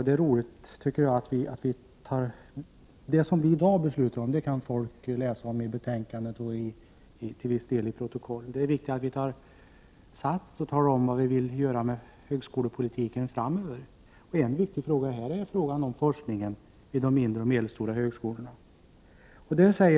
Det som vi i dag skall fatta beslut om kan folk läsa om i betänkandet och till viss del i protokollet. Det är viktigt att vi tar sats och talar om vad vi vill göra i fråga om högskolepolitiken framöver. En viktig fråga är forskningen i de mindre och medelstora högskolorna.